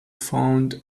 found